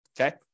Okay